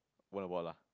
won't abort lah